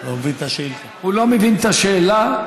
הוא לא מבין את השאלה.